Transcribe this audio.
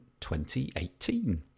2018